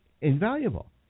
invaluable